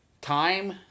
time